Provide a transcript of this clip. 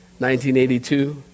1982